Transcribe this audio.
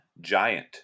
Giant